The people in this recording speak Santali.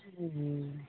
ᱦᱩᱸ